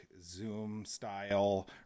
Zoom-style